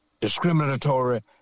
discriminatory